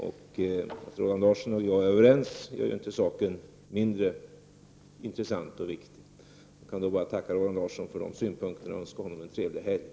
Att Roland Larsson och jag är överens gör inte saken mindre intressant och viktig. Jag vill tacka Roland Larsson för hans synpunkter och önska honom en trevlig helg.